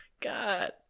God